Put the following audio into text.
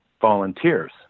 volunteers